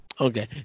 okay